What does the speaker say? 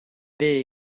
beth